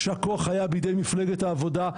כשהכוח היה בידי מפלגת העבודה,